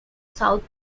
south